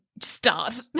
start